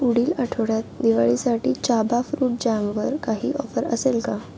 पुढील आठवड्यात दिवाळीसाठी चाबा फ्रूट जॅमवर काही ऑफर असेल का